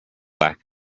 lack